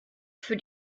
für